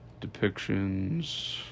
depictions